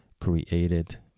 created